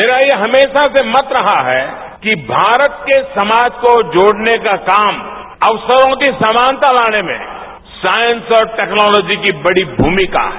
मेरा यह हमेशा से मत रहा है कि भारत के समाज को जोड़ने का काम अवसरों की समानता लाने में साइंस और टेक्नोलॉजी की बड़ी भूमिका है